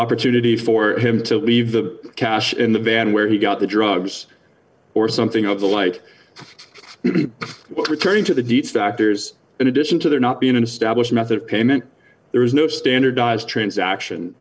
opportunity for him to leave the cash in the van where he got the drugs or something of the like but returning to the detractors in addition to there not being an established method of payment there was no standardized transaction